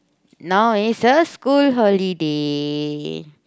now is a school holiday